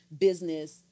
business